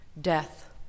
death